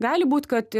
gali būt kad